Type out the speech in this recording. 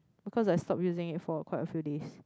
because I stop using it for quite a few days